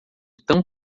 tão